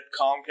Comcast